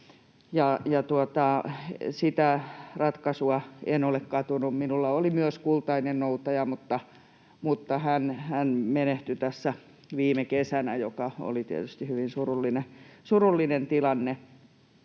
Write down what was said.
Sitä ratkaisua en ole katunut. Minulla oli myös kultainennoutaja, mutta hän menehtyi tässä viime kesänä, mikä oli tietysti hyvin surullinen tilanne.